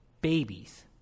babies